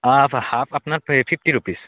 half half আপোনাৰ fifty rupees